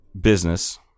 business